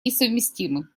несовместимы